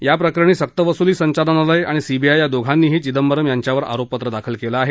याप्रकरणी सक्तवसुली संचालनालय आणि सीबीआय या दोघांनीही चिंदबरम यांच्यावर आरोपपत्र दाखल केलं आहे